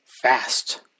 Fast